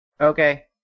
okay